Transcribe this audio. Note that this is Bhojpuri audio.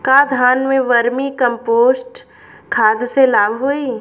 का धान में वर्मी कंपोस्ट खाद से लाभ होई?